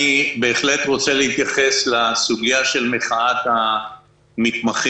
אני בהחלט רוצה להתייחס לסוגיה של מחאת המתמחים.